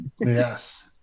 yes